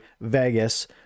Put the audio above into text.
vegas